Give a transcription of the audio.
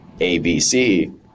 ABC